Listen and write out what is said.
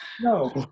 No